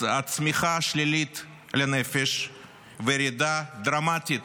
צמיחה שלילית לנפש וירידה דרמטית